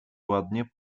ładnie